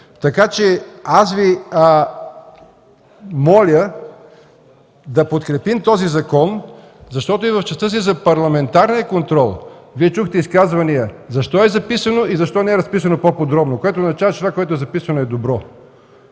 Така че аз Ви моля да подкрепим този закон, защото и в частта си за парламентарния контрол, Вие чухте изказвания защо е записано и защо не е разписано по-подробно, което означава, че това, което е записано, е добро.